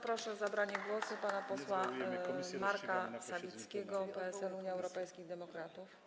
Proszę o zabranie głosu pana posła Marka Sawickiego, PSL-Unia Europejskich Demokratów.